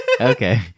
Okay